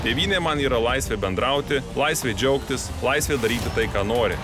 tėvynė man yra laisvė bendrauti laisvė džiaugtis laisvė daryti tai ką nori